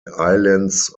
islands